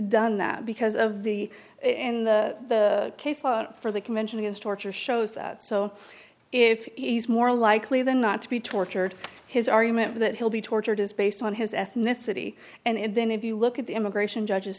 done that because of the in the case law for the convention against torture shows that so if he's more likely than not to be tortured his argument that he'll be tortured is based on his ethnicity and then if you look at the immigration judge